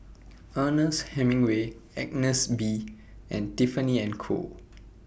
Ernest Hemingway Agnes B and Tiffany and Co